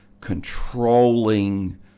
controlling